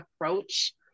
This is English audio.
approach